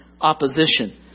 opposition